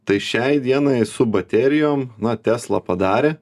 tai šiai dienai su baterijom na tesla padarė